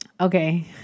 Okay